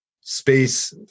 space